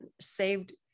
saved